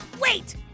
wait